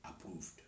approved